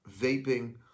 vaping